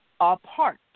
apart